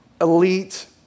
elite